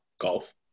golf